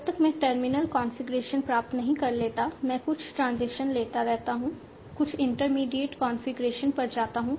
जब तक मैं टर्मिनल कॉन्फ़िगरेशन प्राप्त नहीं कर लेता मैं कुछ ट्रांजिशन लेता रहता हूं कुछ इंटरमीडिएट कॉन्फ़िगरेशन पर जाता हूं